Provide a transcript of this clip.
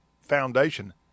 foundation